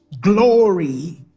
glory